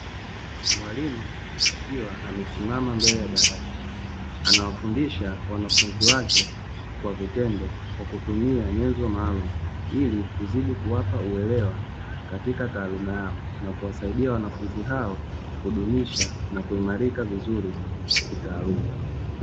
Mwalimu akiwa amesimama mbele ya darasa, anawafundisha wanafunzi wake kwa vitendo kwa kutumia nyenzo maalumu ili kuzidi kuwapa uelewa katika taaluma yao, kuwasaidia wanafunzi hao kudumisha na kuimarika vizuri kitaaluma.